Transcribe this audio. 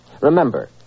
Remember